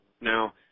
Now